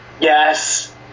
Yes